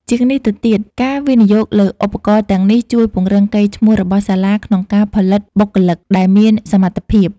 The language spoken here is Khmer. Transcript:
ជាងនេះទៅទៀត ការវិនិយោគលើឧបករណ៍ទាំងនេះជួយពង្រឹងកេរ្តិ៍ឈ្មោះរបស់សាលាក្នុងការផលិតបុគ្គលិកដែលមានសមត្ថភាព។